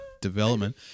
development